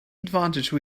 advantage